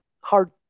hard